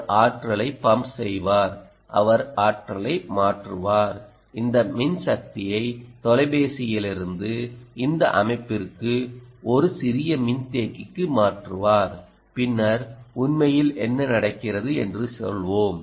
அவர் ஆற்றலை பம்ப் செய்வார் அவர் ஆற்றலை மாற்றுவார் இந்த மின்சக்தியை தொலைபேசியிலிருந்து இந்த அமைப்பிற்கு ஒரு சிறிய மின்தேக்கிக்கு மாற்றுவார் பின்னர் உண்மையில் என்ன நடக்கிறது என்று சொல்வோம்